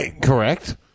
Correct